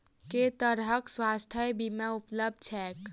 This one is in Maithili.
केँ तरहक स्वास्थ्य बीमा उपलब्ध छैक?